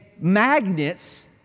magnets